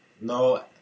no